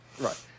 Right